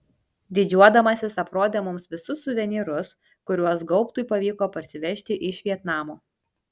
didžiuodamasis aprodė mums visus suvenyrus kuriuos gaubtui pavyko parsivežti iš vietnamo